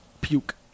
puke